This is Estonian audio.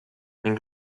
ning